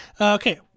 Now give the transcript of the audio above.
Okay